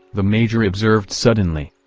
the major observed suddenly.